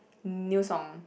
new song